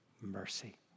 mercy